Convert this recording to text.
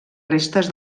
restes